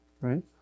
right